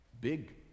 big